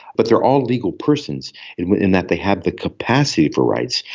but they are all legal persons in in that they have the capacity for rights.